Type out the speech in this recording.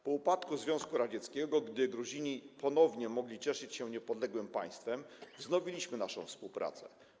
Po upadku Związku Radzieckiego, gdy Gruzini ponownie mogli cieszyć się niepodległym państwem, wznowiliśmy naszą współpracę.